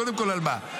קודם כול, על מה?